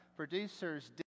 Producers